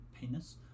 penis